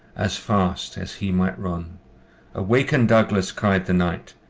as fast as he might ronne awaken, douglas! cried the knight,